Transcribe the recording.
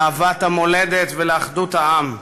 לאהבת המולדת ולאחדות העם.